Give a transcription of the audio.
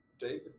David